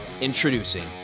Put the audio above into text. Introducing